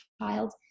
child